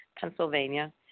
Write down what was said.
Pennsylvania